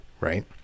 right